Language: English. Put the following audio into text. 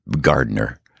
gardener